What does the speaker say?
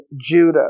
Judah